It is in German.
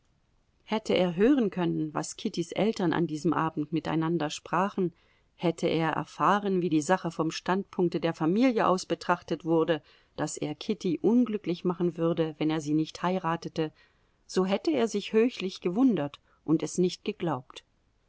hätte er hören können was kittys eltern an diesem abend miteinander sprachen hätte er erfahren wie die sache vom standpunkte der familie aus betrachtet wurde daß er kitty unglücklich machen würde wenn er sie nicht heiratete so hätte er sich höchlich gewundert und es nicht geglaubt